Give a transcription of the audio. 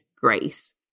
grace